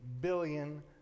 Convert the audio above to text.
billion